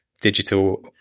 digital